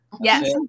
Yes